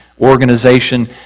organization